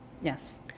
Yes